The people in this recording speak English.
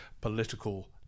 political